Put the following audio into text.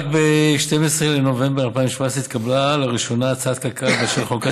רק ב-12 בנובמבר 2017 התקבלה לראשונה הצעת קק"ל באשר לחלוקת